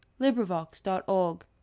LibriVox.org